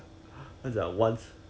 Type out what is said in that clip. one one cup a day